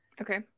Okay